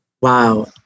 Wow